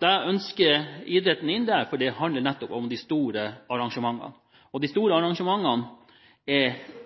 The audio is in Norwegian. Jeg ønsker idretten inn fordi det nettopp handler om de store arrangementene. Og et stort arrangement er